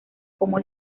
como